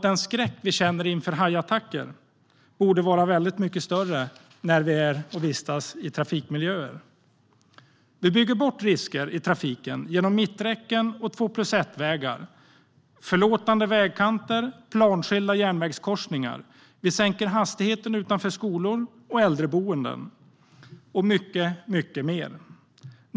Den skräck som vi känner inför hajattacker borde vara väldigt mycket större när vi vistas i trafikmiljöer. Vi bygger bort risker i trafiken genom mitträcken, två-plus-ett-vägar, förlåtande vägkanter, planskilda järnvägskorsningar, sänkt hastighet utanför skolor och äldreboenden och mycket mer.